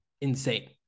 insane